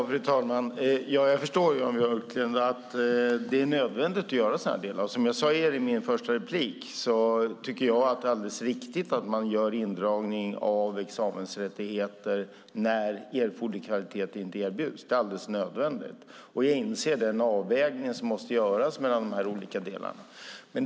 Fru talman! Jag förstår att det är nödvändigt att göra så här, Jan Björklund. Som jag sade i mitt första inlägg är det alldeles riktigt och nödvändigt att dra in examensrätten när erforderlig kvalitet inte erbjuds. Jag inser också att det måste göras en avvägning mellan de olika delarna.